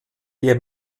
der